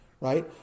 right